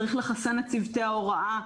צריך לחסן את צוותי ההוראה,